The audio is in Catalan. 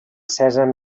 sèsam